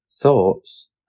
thoughts